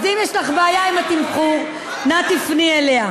אז אם יש לך בעיה עם התמחור, נא לפנות אליה.